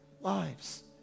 Lives